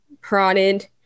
prodded